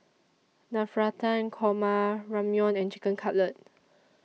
Navratan Korma Ramyeon and Chicken Cutlet